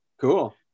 Cool